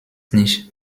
nicht